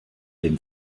dem